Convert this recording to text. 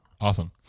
Awesome